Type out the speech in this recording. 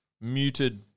muted